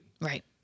Right